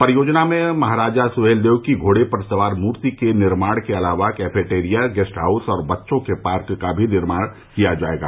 परियोजना में महाराजा सुहेलदेव की घोडे पर सवार मूर्ति के निर्माण के अलावा कैफिटेरिया गेस्ट हाउस और बच्चों के पार्क का भी निर्माण किया जायेगा